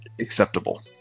acceptable